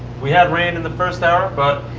we had rain in the first hour. but